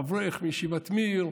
אברך מישיבת מיר,